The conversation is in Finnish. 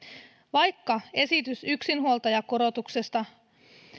vaikka esitys yksinhuoltajakorotuksesta